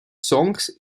songs